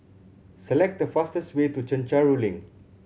select the fastest way to Chencharu Link